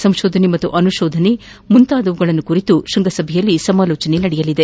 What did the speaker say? ಸಂಶೋಧನೆ ಮತ್ತು ಅನುಶೋಧನೆ ಮುಂತಾದವುಗಳ ಕುರಿತು ತೃಂಗಸಭೆಯಲ್ಲಿ ಸಮಾಲೋಚನೆ ನಡೆಯಲಿದೆ